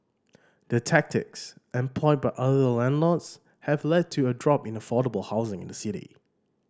the tactics employed by other landlords have led to a drop in affordable housing in the city